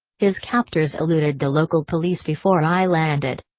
his captors eluded the local police before i landed.